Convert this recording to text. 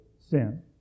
sin